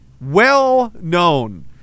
Well-known